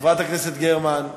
חברת הכנסת גרמן.